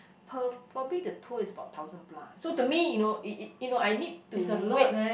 Perth probably the tour is about thousand plus so to me you know you you know I need to wait